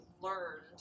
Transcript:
learned